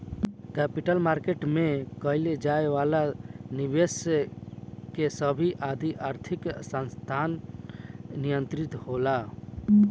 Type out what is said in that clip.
capital market में कईल जाए वाला निबेस के सेबी आदि आर्थिक संस्थान नियंत्रित होला